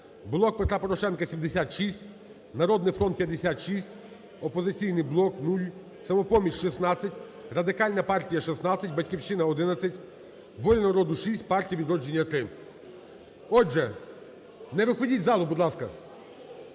"Блок Петра Порошенка" – 76, "Народний фронт" – 56, "Опозиційний блок" – 0, "Самопоміч" – 16, Радикальна партія – 16, "Батьківщина" – 11, "Воля народу" – 6, Партія "Відродження" – 3. Отже… Не виходьте з залу, будь ласка.